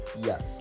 Yes